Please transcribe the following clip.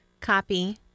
copy